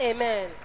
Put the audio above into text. Amen